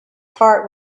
heart